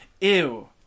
ew